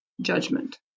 judgment